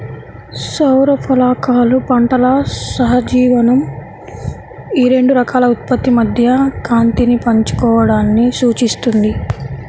సౌర ఫలకాలు పంటల సహజీవనం ఈ రెండు రకాల ఉత్పత్తి మధ్య కాంతిని పంచుకోవడాన్ని సూచిస్తుంది